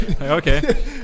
Okay